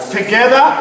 Together